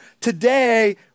today